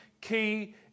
key